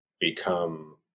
become